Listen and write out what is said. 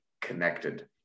connected